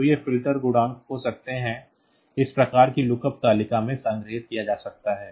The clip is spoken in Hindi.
तो वे फिल्टर गुणांक हो सकते हैं इस प्रकार की लुकअप तालिका में संग्रहीत किया जा सकता है